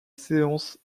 séance